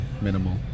minimal